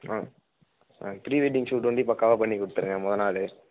ஆ ஆ pre wedding shoot வந்து பக்காவாக பண்ணிக் கொடுத்துருங்க மொதல் நாள்